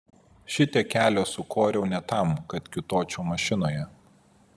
šitiek kelio sukoriau ne tam kad kiūtočiau mašinoje